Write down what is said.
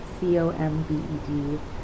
c-o-m-b-e-d